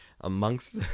amongst